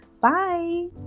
Bye